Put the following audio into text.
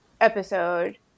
episode